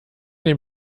den